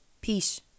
Peace